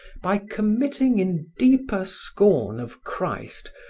by committing in deeper scorn of christ,